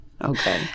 Okay